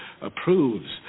approves